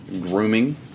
grooming